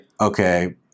okay